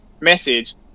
message